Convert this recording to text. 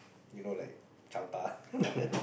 you know like chaota